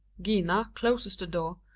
gina closes the door,